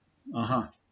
(uh huh)